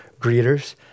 Greeters